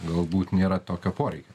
galbūt nėra tokio poreikio